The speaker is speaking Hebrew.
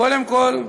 קודם כול,